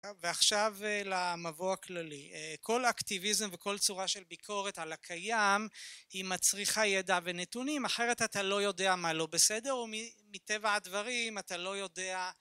ועכשיו למבוא הכללי. כל אקטיביזם וכל צורה של ביקורת על הקיים, היא מצריכה ידע ונתונים אחרת אתה לא יודע מה לא בסדר ומטבע הדברים אתה לא יודע